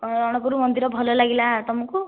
ରଣପୁର ମନ୍ଦିର ଭଲ ଲାଗିଲା ତୁମକୁ